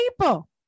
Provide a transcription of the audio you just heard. people